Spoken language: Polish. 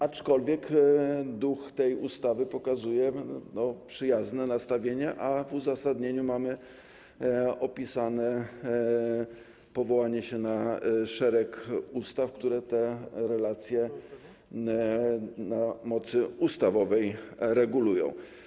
Aczkolwiek duch tej ustawy pokazuje przyjazne nastawienie, a w uzasadnieniu mamy opisane, powołujemy się na szereg ustaw, które te relacje na mocy ustawowej regulują.